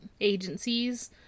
agencies